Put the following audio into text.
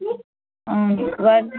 where